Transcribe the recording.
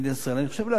אני חושב לעצמי,